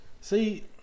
See